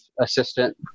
assistant